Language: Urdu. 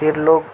پھر لوگ